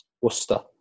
Worcester